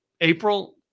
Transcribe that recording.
April